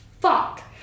fuck